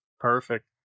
Perfect